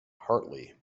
hartley